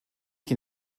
can